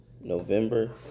november